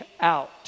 out